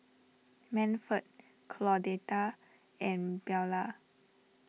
Manford Claudette and Bella